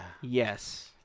Yes